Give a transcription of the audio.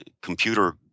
computer